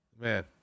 man